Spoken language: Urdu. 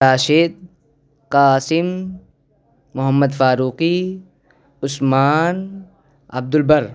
راشد قاسم محمد فاروقی عثمان عبد البر